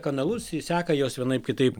kanalus jie seka juos vienaip kitaip